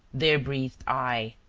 there breathed i.